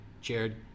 Jared